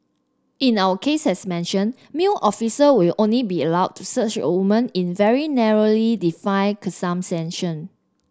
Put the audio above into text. in our case as mentioned male officers will only be allowed to search a woman in very narrowly defined